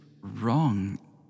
wrong